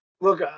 look